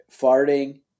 farting